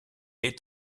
est